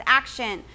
action